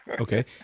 Okay